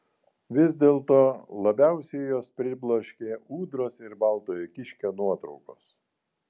vis dėlto labiausiai juos pribloškė ūdros ir baltojo kiškio nuotraukos